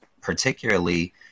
particularly